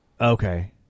okay